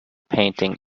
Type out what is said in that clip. painting